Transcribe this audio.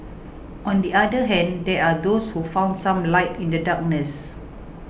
on the other hand there are those who found some light in the darkness